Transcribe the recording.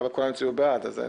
אין